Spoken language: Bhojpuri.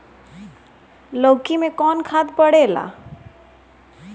लौकी में कौन खाद पड़ेला?